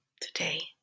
today